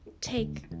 take